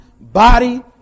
body